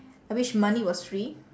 I wish money was free